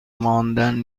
ماندن